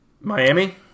Miami